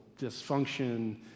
dysfunction